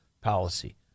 policy